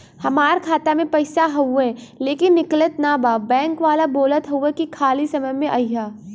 हमार खाता में पैसा हवुवे लेकिन निकलत ना बा बैंक वाला बोलत हऊवे की खाली समय में अईहा